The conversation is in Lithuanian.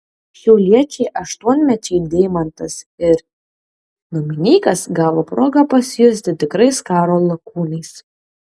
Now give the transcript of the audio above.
šiauliečiai aštuonmečiai deimantas ir dominykas gavo progą pasijusti tikrais karo lakūnais